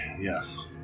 Yes